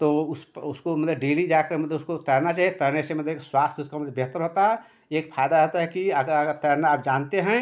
तो उस उसको मतलब डेली जाकर मतलब उसको तैरना चाहिए तैरने से मतलब कि स्वास्थय उसका मतलब बेहतर होता है एक फायदा होता है कि अगर अगर तैरना आप जानते हैं